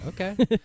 Okay